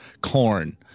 corn